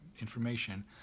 information